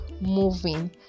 moving